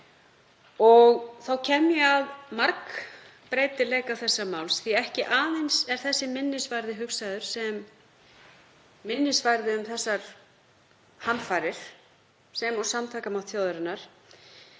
Þá kem ég að margbreytileika þessa máls, því að ekki aðeins er þessi minnisvarði hugsaður sem minnisvarði um þessar hamfarir sem og samtakamátt þjóðarinnar